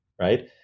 right